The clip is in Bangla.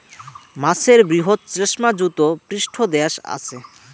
মাছের বৃহৎ শ্লেষ্মাযুত পৃষ্ঠদ্যাশ আচে